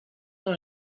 dans